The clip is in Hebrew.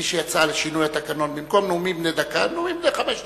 תגישי הצעה לשינוי התקנון: במקום נאומים בני דקה נאומים בני חמש דקות.